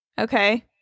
Okay